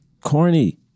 corny